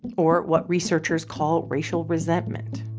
or what researchers call racial resentment,